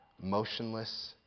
motionless